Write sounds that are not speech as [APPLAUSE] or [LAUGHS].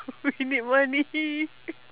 [LAUGHS] we need money [LAUGHS]